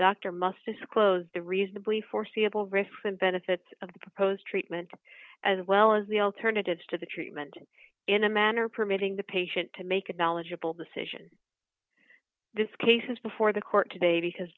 doctor must disclose the reasonably foreseeable risks and benefits of the proposed treatment as well as the alternatives to the treatment in a manner permitting the patient to make a knowledgeable decision this case is before the court today because